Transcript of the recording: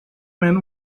man